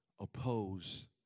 oppose